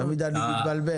תמיד אני מתבלבל.